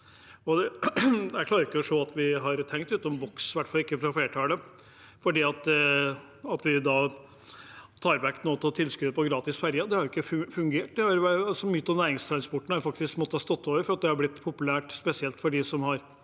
Jeg klarer ikke å se at vi har tenkt utenfor boksen, i hvert fall ikke flertallet, fordi vi tar vekk noe av tilskuddet til gratis ferje. Dette har jo ikke fungert. Mye av næringstransporten har faktisk måttet stå over fordi det har blitt så populært, spesielt for dem som